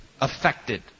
affected